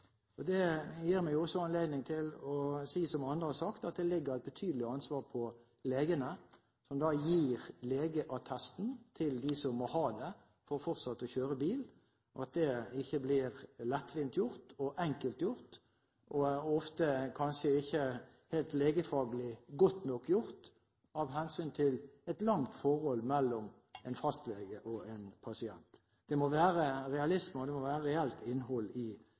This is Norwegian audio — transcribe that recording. legeerklæring. Det gir meg anledning til å si, som andre har sagt, at det ligger et betydelig ansvar på legene, som da gir legeattesten til dem som må ha det for fortsatt å kunne kjøre bil, og at det ikke blir lettvint og enkelt gjort. Ofte blir det kanskje ikke legefaglig godt nok gjort av hensyn til et langt forhold mellom en fastlege og en pasient. Det må være et reelt innhold i legeattesten. Det må også være sånn at det må være